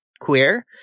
queer